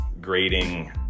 grading